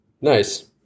Nice